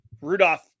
Rudolph